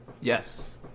Yes